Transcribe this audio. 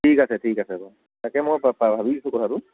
ঠিক আছে ঠিক আছে বাৰু তাকে মই ভাবিছোঁ কথাটো